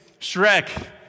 Shrek